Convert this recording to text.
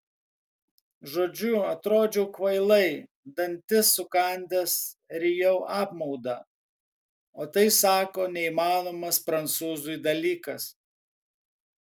žodžiu atrodžiau kvailai dantis sukandęs rijau apmaudą o tai sako neįmanomas prancūzui dalykas